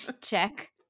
check